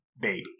baby